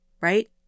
right